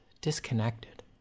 disconnected